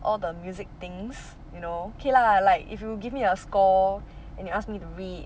all the music things you know okay lah like if you give me a score and you ask me to read